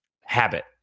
habit